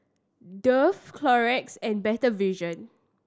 Dove Clorox and Better Vision